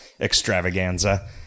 extravaganza